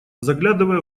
заглядывая